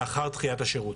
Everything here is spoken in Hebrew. לאחר דחיית השירות.